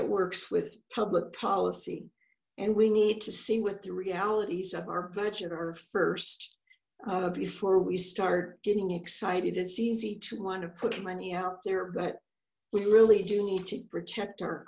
it works with public policy and we need to see what the realities of our budget are first before we start getting excited it's easy to want to put money out there but we really do need to protect our